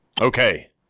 okay